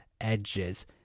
edges